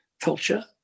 culture